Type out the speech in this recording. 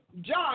John